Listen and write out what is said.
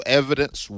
evidence